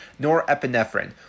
norepinephrine